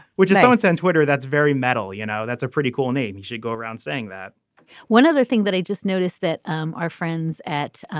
but just don't send twitter that's very metal you know. that's a pretty cool name. you should go around saying that one other thing that i just noticed that um our friends at